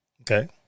okay